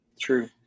True